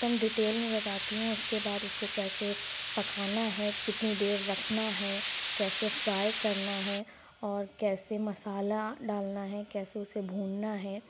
ایک دم ڈیٹیل میں بتاتی ہوں اس کے بعد اس کو کیسے پکانا ہے کتنی دیر رکھنا ہے کیسے فرائی کرنا ہے اور کیسے مسالہ ڈالنا ہے کیسے اسے بھوننا ہے